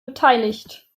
beteiligt